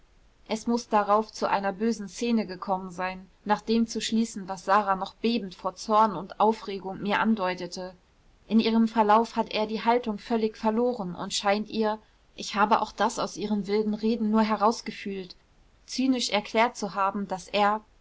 es muß darauf zu einer bösen szene gekommen sein nach dem zu schließen was sara noch bebend vor zorn und aufregung mir andeutete in ihrem verlauf hat er die haltung völlig verloren und scheint ihr ich habe auch das aus ihren wilden reden nur herausgefühlt zynisch erklärt zu haben daß er